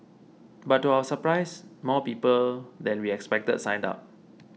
but to our surprise more people than we expected signed up